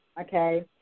okay